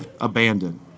abandoned